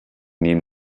neben